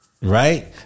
Right